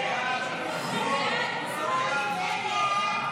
סעיפים 2 3, כהצעת הוועדה,